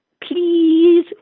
please